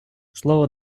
слово